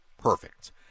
Perfect